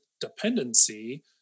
dependency